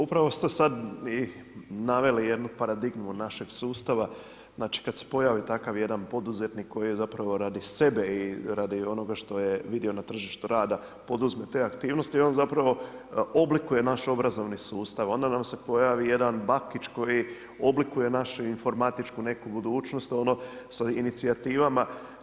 Upravo ste sad i naveli jednu paradigmu našeg sustava, znači kad se pojavi takav jedan poduzetnik koji je zapravo radi sebe i radi onoga što je vidio na tržištu rada poduzme te aktivnosti on zapravo oblikuje naš obrazovni sustav, onda nam se pojavi jedan Bakić koji oblikuje našu informatičku neku budućnost sa inicijativama.